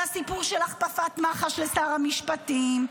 על הסיפור של הכפפת מח"ש לשר המשפטים,